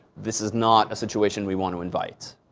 this is not a situation we want to invite.